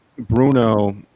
Bruno